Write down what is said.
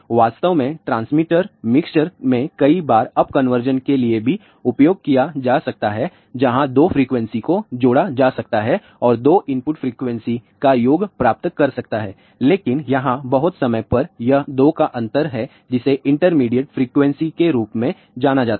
वास्तव में transmitter mixer में कई बार अप कन्वर्जन के लिए भी उपयोग किया जा सकता है जहां 2 फ्रीक्वेंसी को जोड़ा जा सकता है और 2 इनपुट फ्रीक्वेंसी का योग प्राप्त कर सकता है लेकिन यहां बहुत समय पर यह 2 का अंतर है जिसे इंटरमीडिएट फ्रिकवेंसी के रूप में जाना जाता है